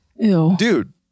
dude